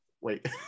wait